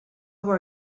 more